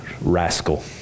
rascal